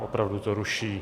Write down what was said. Opravdu to ruší.